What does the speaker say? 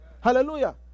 Hallelujah